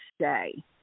say